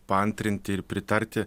paantrinti ir pritarti